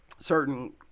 certain